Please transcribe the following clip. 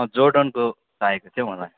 जोर्डनको चाहिएको थियो हौ मलाई